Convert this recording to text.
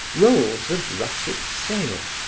rolls of russet sail,